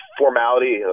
formality